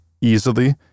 easily